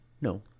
No